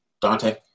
Dante